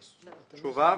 תשובה.